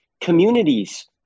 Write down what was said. communities